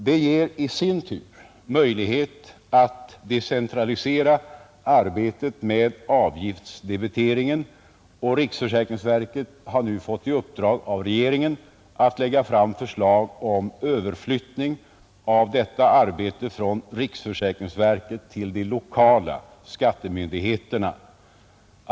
Det ger i sin tur möjlighet att decentralisera arbetet med avgiftsdebiteringen, och riksförsäkringsverket har nu fått i uppdrag av regeringen att lägga fram förslag om överflyttning av detta arbete från riksförsäkringsverket till de lokala skattemyndigheterna.